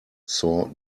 saw